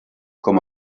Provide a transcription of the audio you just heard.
com